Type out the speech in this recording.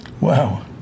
Wow